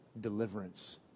deliverance